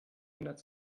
hundert